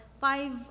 five